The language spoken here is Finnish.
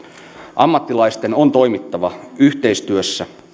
ammattilaisten on toimittava yhteistyössä